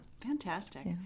Fantastic